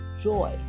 joy